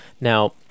Now